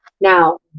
Now